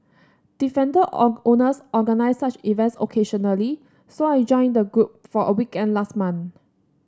defender owners organise such events occasionally so I joined the group for a weekend last month